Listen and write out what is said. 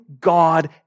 God